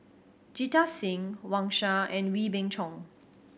Jita Singh Wang Sha and Wee Beng Chong